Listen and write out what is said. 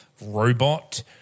robot